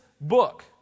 book